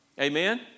Amen